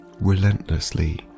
relentlessly